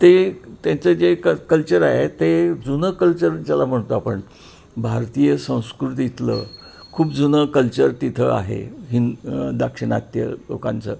ते त्याचं जे क कल्चर आहे ते जुनं कल्चर ज्याला म्हणतो आपण भारतीय संस्कृतीतलं खूप जुनं कल्चर तिथं आहे हिं दक्षिणात्य लोकांचं